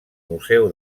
museu